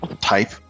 type